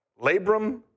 Labrum